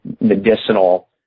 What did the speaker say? medicinal